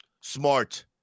Smart